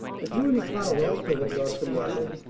for julia cloud also had not been idle,